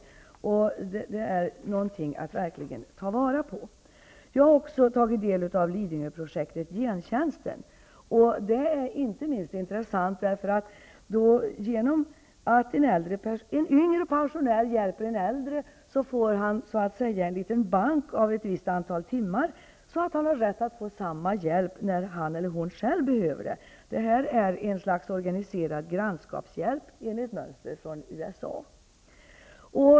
Det är verkligen någonting att ta vara på. Jag har också tagit del av Lidingöprojektet Gentjänsten. Det är inte minst intressant, därför att en yngre pensionär genom att hjälpa en äldre får en bank med ett visst antal timmar så att han har rätt att få samma hjälp när han själv behöver den. Det är ett slags organiserad grannskapshjälp, enligt mönster från USA.